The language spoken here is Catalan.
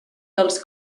dels